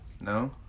no